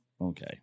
Okay